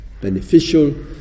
beneficial